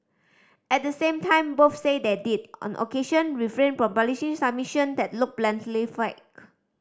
at the same time both say they did on occasion refrain from publishing submission that looked blatantly fake